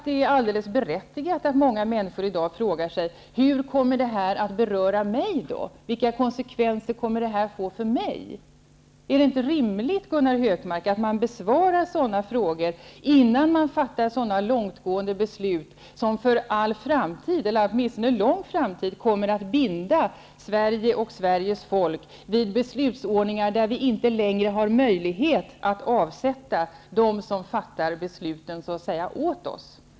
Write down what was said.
Det är fullt berättigat att många människor i dag frågar sig hur det här kommer att beröra dem, och vilka konsekvenserna blir. Är det inte rimligt, Gunnar Hökmark, att sådana frågor besvaras innan så långtgående beslut fattas som för åtminstone lång tid framöver kommer att binda Sverige och Sveriges folk vid beslutsordningar där vi inte längre har möjlighet att avsätta dem som fattar besluten åt oss.